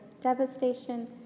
devastation